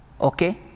Okay